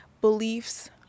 beliefs